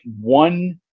one